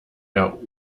der